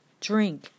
drink